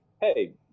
hey